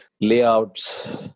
layouts